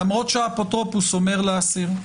למרות שהאפוטרופוס אומר להסיר.